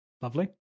lovely